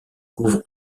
couvre